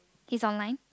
he's online